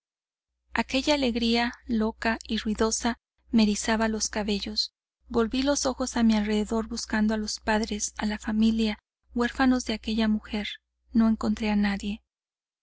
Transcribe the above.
aquella alegría loca y ruidosa me erizaba los cabellos volví los ojos a mi alrededor buscando a los padres a la familia huérfanos de aquella mujer no encontré a nadie